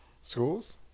Schools